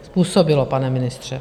Způsobilo, pane ministře.